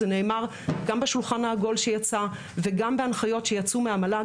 זה נאמר גם בשולחן העגול שיצא וגם בהנחיות שיצאו מהמל"ג.